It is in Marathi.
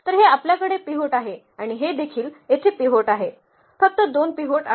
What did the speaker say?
तर हे आपल्याकडे पिव्होट आहे आणि हे देखील येथे पिव्होट आहे फक्त दोन पिव्होट आहेत